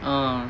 uh